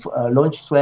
launch